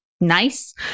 nice